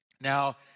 Now